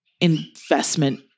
investment